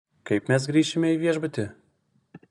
kaip mes grįšime į viešbutį